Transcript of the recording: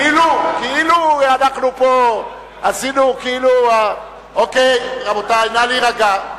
כאילו אנחנו פה עשינו, אוקיי, רבותי, נא להירגע.